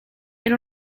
era